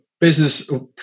business